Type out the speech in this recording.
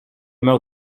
meurs